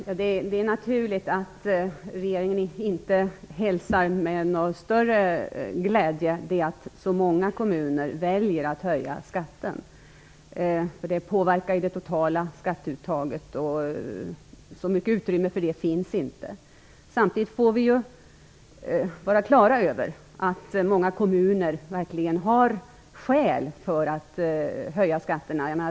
Fru talman! Det är naturligt att regeringen inte hälsar med någon större glädje att så många kommuner väljer att höja skatten. Det påverkar ju det totala skatteuttaget, och så mycket utrymme för detta finns inte. Samtidigt får vi vara klara över att många kommuner verkligen har skäl att höja skatterna.